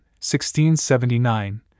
1679